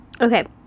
Okay